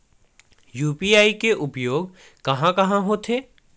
UPI के उपयोग कहां कहा होथे?